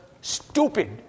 stupid